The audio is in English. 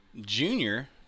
junior